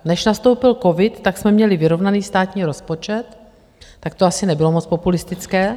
Než nastoupil covid, tak jsme měli vyrovnaný státní rozpočet to asi nebylo moc populistické.